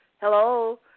hello